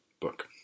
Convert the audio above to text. book